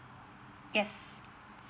yes